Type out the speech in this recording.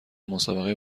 مسابقه